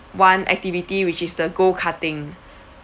one activity which is the go karting